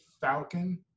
Falcon